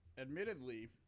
admittedly